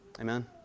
Amen